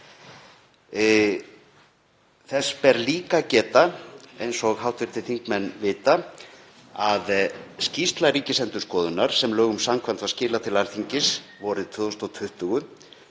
Þess ber líka að geta, eins og hv. þingmenn vita, að skýrsla Ríkisendurskoðunar sem lögum samkvæmt var skilað til Alþingis vorið 2020